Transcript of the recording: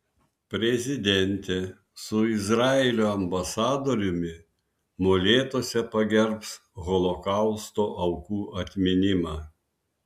prezidentė su izraelio ambasadoriumi molėtuose pagerbs holokausto aukų atminimą